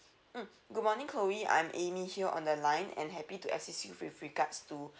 mm good morning chloe I'm amy here on the line and happy to assist you with regards to